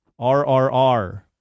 rrr